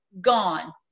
gone